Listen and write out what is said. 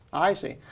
i see.